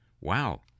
Wow